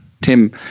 Tim